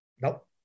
nope